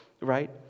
right